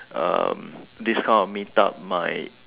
um this kind of meet up might